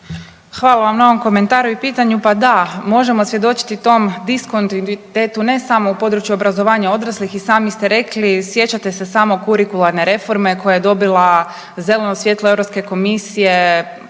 Hvala vam na ovom komentaru i pitanju. Pa da, možemo svjedočiti tom diskontinuitetu ne samo u području obrazovanja odraslih i sami ste rekli sjećate se samo kurikularne reforme koja je dobila zeleno svjetlo Europske komisije,